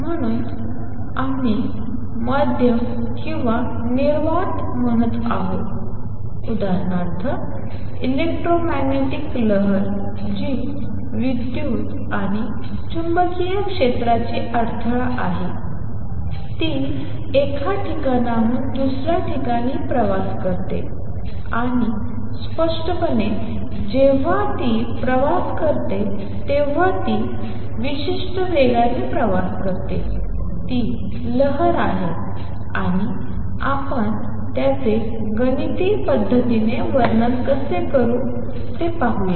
म्हणून आम्ही मध्यम किंवा निर्वात म्हणत आहोत उदाहरणार्थ इलेक्ट्रोमॅग्नेटिक लहर जी विद्युत आणि चुंबकीय क्षेत्राची अडथळा आहे ती एका ठिकाणाहून दुसऱ्या ठिकाणी प्रवास करते आणि स्पष्टपणे जेव्हा ती प्रवास करते तेव्हा ती विशिष्ट वेगाने प्रवास करते ती लहर आहे आणि आपण त्याचे गणिती पद्धतीने वर्णन कसे करू ते आपण पाहू